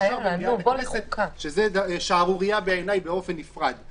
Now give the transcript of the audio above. במליאת הכנסת שזו שערורייה בעיניי באופן נפרד.